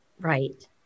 Right